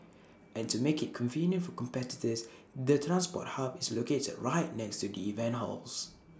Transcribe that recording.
and to make IT convenient for competitors the transport hub is located right next to the event halls